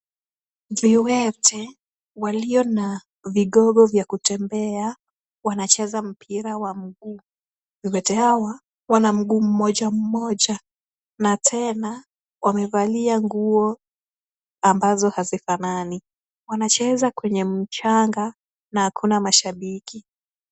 Viwete walio na vigogo vya kutembea, wanacheza mpira wa mguu. Viwete hawa wana mguu mmoja mmoja na tena wamevalia nguo ambazo hazifanani. Wanacheza kwenye mchanga na hakuna mashabiki.